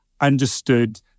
understood